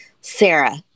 Sarah